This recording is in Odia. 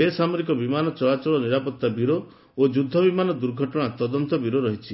ବେସାମରିକ ବିମାନ ଚଳାଚଳ ନିରାପତ୍ତା ବ୍ୟରୋ ଓ ଯୁଦ୍ଧ ବିମାନ ଦୂର୍ଘଟଣା ତଦନ୍ତ ବ୍ୟରୋ ରହିଛି